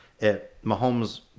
Mahomes